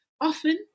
often